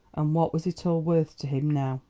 and what was it all worth to him now?